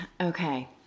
Okay